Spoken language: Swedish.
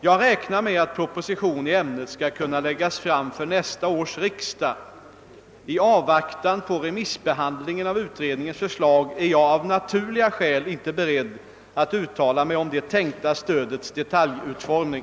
Jag räknar med att proposition i ämnet skall kunna läggas fram för nästa års riksdag. I avvaktan på remissbehandlingen av utredningens förslag är jag av naturliga skäl inte beredd att uttala mig om det tänkta stödets detaljutformning.